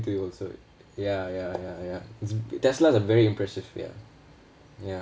to you also ya ya ya ya i~ teslas are very impressive ya ya